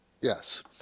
Yes